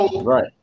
Right